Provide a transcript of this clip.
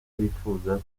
bifuza